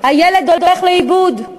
הילד הולך לאיבוד.